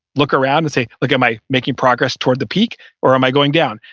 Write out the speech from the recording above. look around and say, look, am i making progress toward the peak or am i going down?